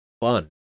fun